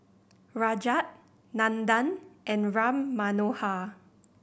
Rajat Nandan and Ram Manohar